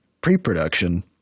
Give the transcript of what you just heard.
pre-production